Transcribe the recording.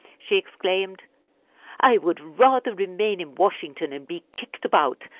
she exclaimed i would rather remain in washington and be kicked about,